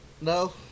No